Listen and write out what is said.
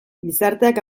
gizarteak